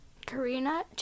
Karina